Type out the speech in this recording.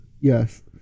Yes